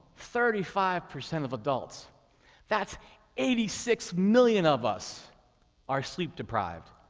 thirty five percent of adults that's eighty six million of us are sleep deprived.